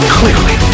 clearly